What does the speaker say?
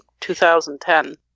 2010